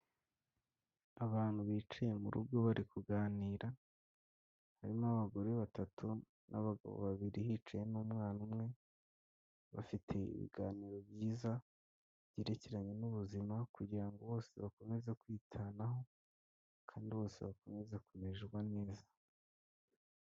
Abantu bicaye mu rugo bari kuganira harimo abagore batatu n'abagabo babiri, hicaye n'umwana umwe bafite ibiganiro byiza byerekeranye n'ubuzima kugira ngo bose bakomeze kwitanaho, kandi bose bakomezaze kumererwa neza.